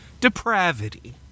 depravity